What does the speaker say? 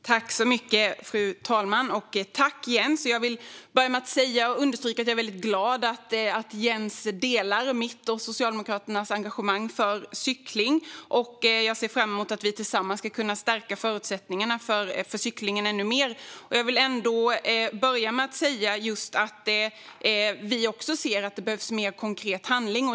Fru talman! Jag vill börja med att understryka att jag är väldigt glad att Jens delar mitt och Socialdemokraternas engagemang för cykling. Jag ser fram emot att vi tillsammans ska kunna stärka förutsättningarna för cyklingen ännu mer. Vi ser också att det behövs mer konkret handling.